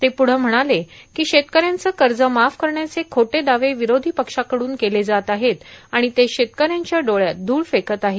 ते पुढं म्हणाले की शेतकऱ्यांचं कर्ज माफ करण्याचे खोटे दावे विरोधी पक्षांकडून केले जात आहेत आणि ते शेतकऱ्यांच्या डोळ्यात धूळ फेकत आहेत